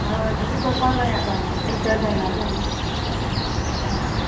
हय तशें करपा जाये आतां तें शिवाय जायना तें न्हू हय